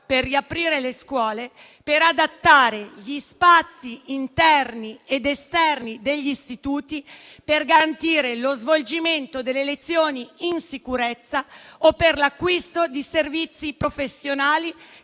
per riaprire le scuole, per adattare gli spazi interni ed esterni degli istituti, per garantire lo svolgimento delle lezioni in sicurezza o per l'acquisto di servizi professionali